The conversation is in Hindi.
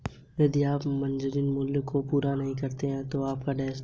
यदि आप मार्जिन मूल्य को पूरा नहीं करते हैं तो आपकी खुली स्थिति बंद कर दी जाएगी